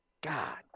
God